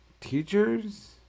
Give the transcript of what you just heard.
teachers